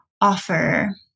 offer